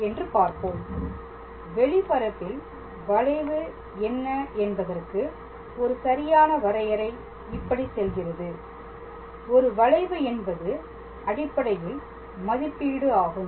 என்று பார்ப்போம் வெளிப்பரப்பில் வளைவு என்ன என்பதற்கு ஒரு சரியான வரையறை இப்படி செல்கிறது ஒரு வளைவு என்பது அடிப்படையில் மதிப்பீடு ஆகும்